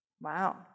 Wow